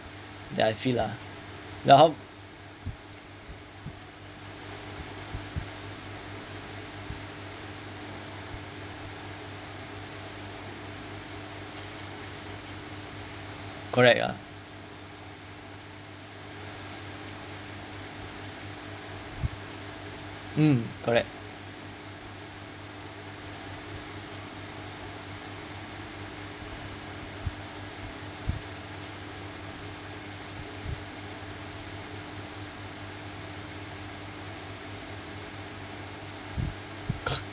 that I feel lor uh how correct uh mm correct